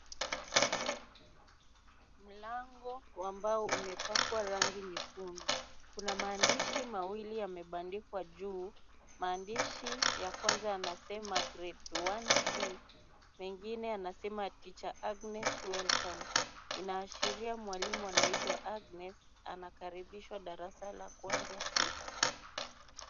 Mlango wa mbao umepakwa rangi nyekundu, kuna maandishi mawili yamebandikwa juu , maandishi ya kwnza yanasema grade one C mengine yanasema teacher Agnes welcome inashiria mwalimu anaitwa Agnes anakaribishwa darasa la Kwanza C.